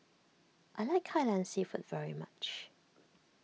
I like Kai Lan Seafood very much